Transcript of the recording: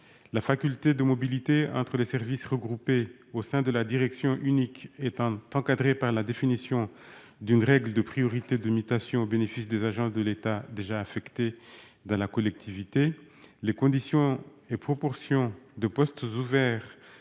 La faculté de mobilité entre les services regroupés au sein de la direction unique étant encadrée par la définition d'une règle de priorité de mutation au bénéfice des agents de l'État déjà affectés dans la collectivité, les conditions et proportions de postes ouverts